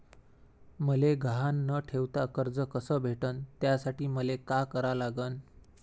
मले गहान न ठेवता कर्ज कस भेटन त्यासाठी मले का करा लागन?